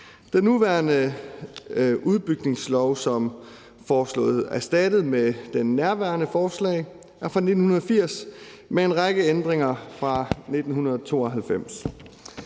Den nuværende udbygningslov, som foreslås erstattes af nærværende forslag, er fra 1980 med en række ændringer fra 1992.